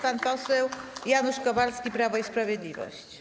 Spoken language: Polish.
Pan poseł Janusz Kowalski, Prawo i Sprawiedliwość.